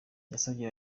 yasabye